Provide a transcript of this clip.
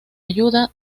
ayuda